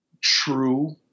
true